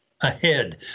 ahead